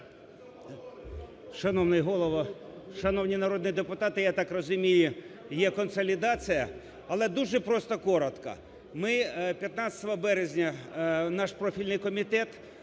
Шановний Голово! Шановні народні депутати! Я так розумію, є консолідація. Але дуже просто коротко. Ми 15 березня, наш профільний комітет